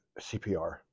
CPR